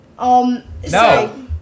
No